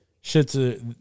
Shit's